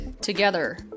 together